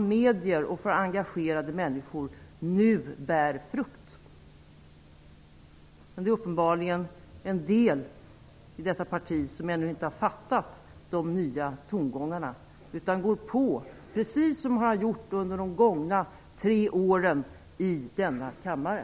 medier och engagerade människor nu bär frukt. Det är uppenbarligen en del i detta parti som ännu inte har förstått de nya tongångarna. De går på, precis som de har har gjort under de gångna tre åren i denna kammare.